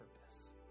purpose